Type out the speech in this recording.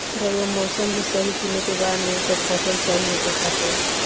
रऊआ मौसम भी सही चुने के बा नु फसल सही होखे खातिर